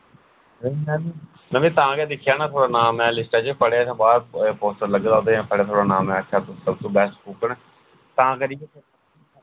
में बी तां गै दिक्खेआ ना थुआढ़ा नां में लिस्टा च पढ़ेआ इत्थै बाह्र पोस्टर लग्गे दा उदे च में पढ़ेआ थुआढ़ा नां में इत्थै सब तों बैस्ट कुक न तां करियै